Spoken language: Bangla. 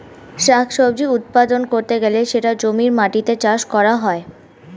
শাক সবজি উৎপাদন করতে গেলে সেটা জমির মাটিতে চাষ করা হয়